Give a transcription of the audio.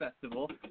festival